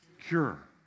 cure